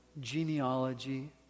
genealogy